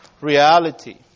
reality